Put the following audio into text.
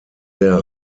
der